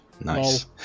Nice